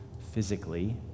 physically